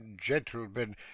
gentlemen